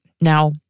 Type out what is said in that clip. now